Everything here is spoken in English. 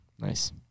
Nice